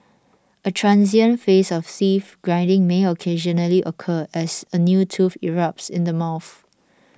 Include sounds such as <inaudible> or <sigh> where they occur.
a transient phase of <unintelligible> grinding may occasionally occur as a new tooth erupts in the mouth